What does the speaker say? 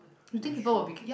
that's true